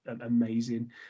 amazing